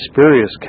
spurious